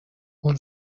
اون